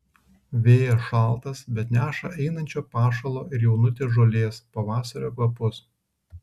vėjas šaltas bet neša einančio pašalo ir jaunutės žolės pavasario kvapus